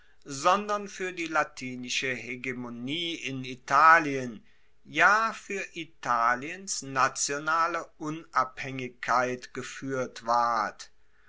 sondern fuer die latinische hegemonie in italien ja fuer italiens nationale unabhaengigkeit gefuehrt ward